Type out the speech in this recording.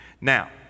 Now